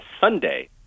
Sunday